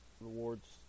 rewards